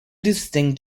distinct